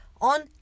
on